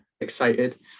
excited